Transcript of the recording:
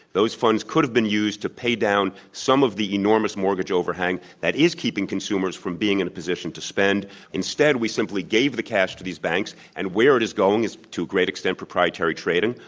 those funds could have been used to pay down some of the enormous mortgage overhang that is keeping consumers from being in a position to spend, instead, we simply gave the cash to these banks and where it is going is, to a great extent, proprietary trading,